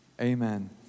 amen